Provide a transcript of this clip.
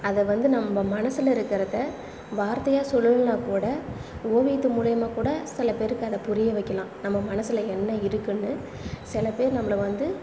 அதை வந்து நம்ம மனஸில் இருக்கிறத வார்த்தையாக சொல்லலனா கூட ஓவியத்து மூலயமா கூட சில பேருக்கு அதை புரிய வைக்கலாம் நம்ம மனசில் என்ன இருக்குதுன்னு சில பேர் நம்மளை வந்து